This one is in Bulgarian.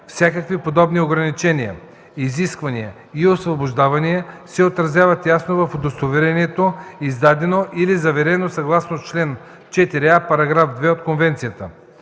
Всякакви подобни ограничения, изисквания и освобождавания се отразяват ясно в удостоверението, издадено или заверено съгласно чл. 4а, § 2 от конвенцията.